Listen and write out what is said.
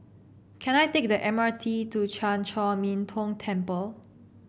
can I take the M R T to Chan Chor Min Tong Temple